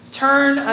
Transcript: turn